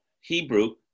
Hebrew